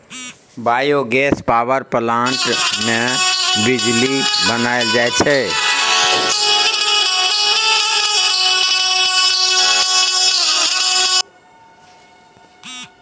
biogas power plant मे बिजली बनाएल जाई छै